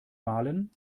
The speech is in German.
malen